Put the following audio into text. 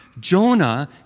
Jonah